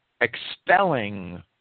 expelling